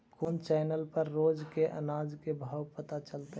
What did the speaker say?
कोन चैनल पर रोज के अनाज के भाव पता चलतै?